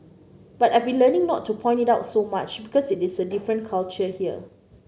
but I've been learning not to point it out so much because it is a different culture here